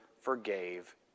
forgave